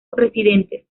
residentes